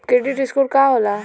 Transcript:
Credit score का होला?